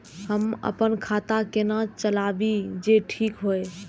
हम अपन खाता केना चलाबी जे ठीक होय?